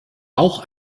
bauch